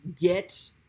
get